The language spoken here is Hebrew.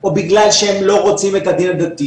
או בגלל שהם לא רוצים את הדין הדתי